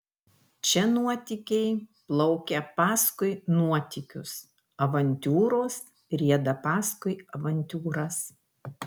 čia nuotykiai plaukia paskui nuotykius avantiūros rieda paskui avantiūras